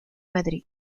madrid